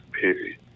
Period